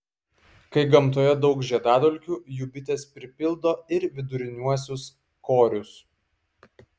kai gamtoje daug žiedadulkių jų bitės pripildo ir viduriniuosius korus